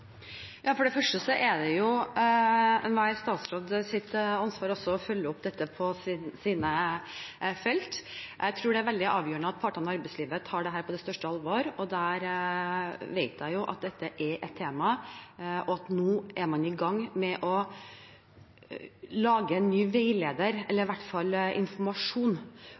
For det første er det enhver statsråds ansvar å følge opp dette på sitt felt. Jeg tror det er veldig avgjørende at partene i arbeidslivet tar dette på største alvor. Der vet jeg at dette er et tema, og at man nå er i gang med å lage en ny veileder eller i hvert fall informasjon